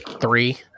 three